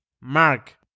Mark